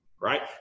right